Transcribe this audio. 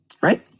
right